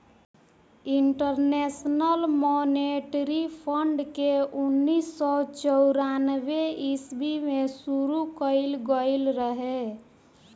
international monetary fund के उन्नीस सौ चौरानवे ईस्वी में शुरू कईल गईल रहे